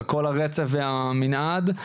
על כל הרצף והמנעד.